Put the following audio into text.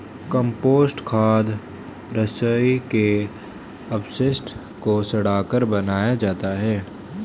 compost खाद रसोई के अपशिष्ट को सड़ाकर बनाया जाता है